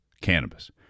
cannabis